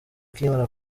akimara